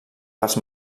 pels